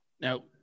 Now